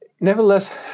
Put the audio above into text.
Nevertheless